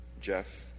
Jeff